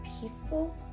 peaceful